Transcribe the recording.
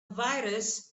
virus